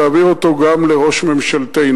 תעביר אותו גם לראש ממשלתנו.